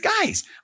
guys